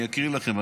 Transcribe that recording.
אני אקריא לכם.